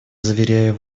заверяю